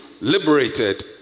liberated